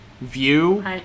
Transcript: view